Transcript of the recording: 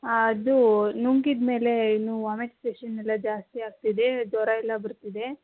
ಹಾಂ ಅದೂ ನುಂಗಿದ ಮೇಲೆ ಏನು ವಾಮಿಟ್ ಸೆಷನ್ ಎಲ್ಲ ಜಾಸ್ತಿ ಆಗ್ತಿದೆ ಜ್ವರ ಎಲ್ಲ ಬರ್ತಿದೆ